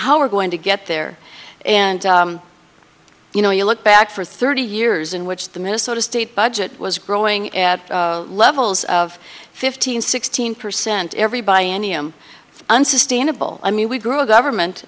how we're going to get there and you know you look back for thirty years in which the minnesota state budget was growing at levels of fifteen sixteen percent every by any i'm unsustainable i mean we grew a government